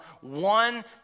one